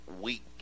week